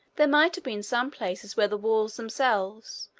there might have been some places where the walls themselves,